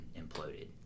imploded